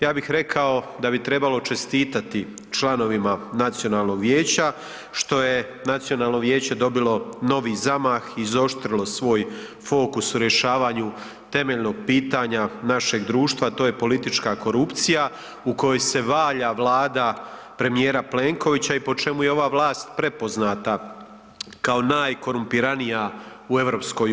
Ja bih rekao da bi trebalo čestitati članovima Nacionalnog vijeća što je Nacionalno vijeće dobilo novi zamah, izoštrilo svoj fokus u rješavanju temeljnog pitanja našeg društva, a to je politička korupcija u kojoj se valja Vlada premijera Plenkovića i po čemu je ova vlast prepoznata kao najkorumpiranija u EU.